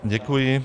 Děkuji.